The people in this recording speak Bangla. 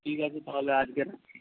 ঠিক আছে তাহলে আজকে রাখছি হ্যাঁ